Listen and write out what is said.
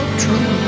true